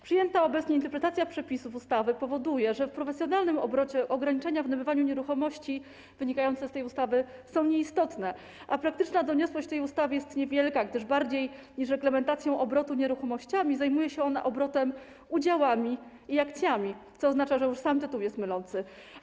Przyjęta obecnie interpretacja przepisów ustawy powoduje, że w profesjonalnym obrocie ograniczenia w nabywaniu nieruchomości wynikające z tej ustawy są nieistotne, a praktyczna doniosłość tej ustawy jest niewielka, gdyż bardziej niż reglamentacją obrotu nieruchomościami zajmuje się ona obrotem udziałami i akcjami, co oznacza, że już sam tytuł jest mylący.